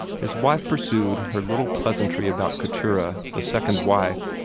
his wife pursued her little pleasantry about keturah, the second wife,